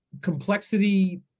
complexity